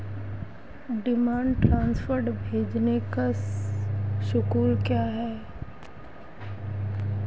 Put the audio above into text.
Demand draft भेजने का शुल्क क्या है?